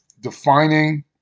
defining